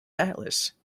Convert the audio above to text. atlas